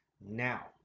Now